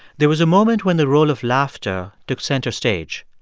there was a moment when the role of laughter took center stage.